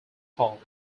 hall